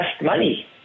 money